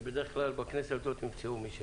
בדרך כלל לא תמצאו מי ש